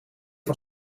van